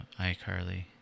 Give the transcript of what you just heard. iCarly